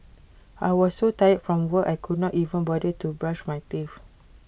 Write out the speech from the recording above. I was so tired from work I could not even bother to brush my teeth